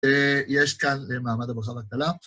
יש כאן מעמד הברכה והקללה.